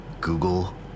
Google